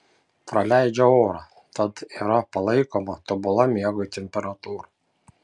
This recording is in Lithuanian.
praleidžią orą tad yra palaikoma tobula miegui temperatūra